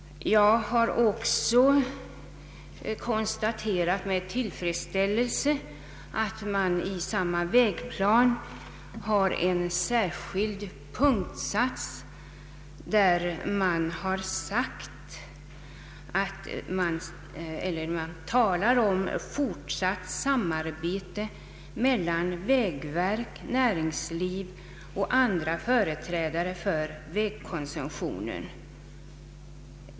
Jag har också med tillfredsställelse konstaterat att samma vägplan i en särskild punkt talar om fortsatt samarbete mellan vägverk, näringsliv och andra företrädare för vägkonsumtionen.